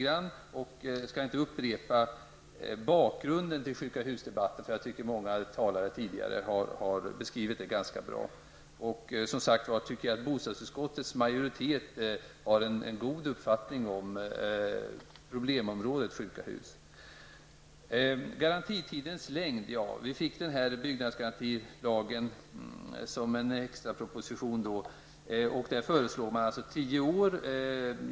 Jag skall inte upprepa bakgrunden till sjuka-husdebatten, den tycker jag många talare före mig har beskrivit ganska bra. Bostadsutskottets majoritet har dessutom en god uppfattning om problemområdet sjuka hus. om införande av en lag om byggnadsgarantin att garantitiden skall vara 10 år.